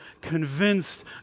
convinced